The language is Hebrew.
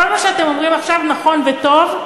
כל מה שאתם אומרים עכשיו נכון וטוב,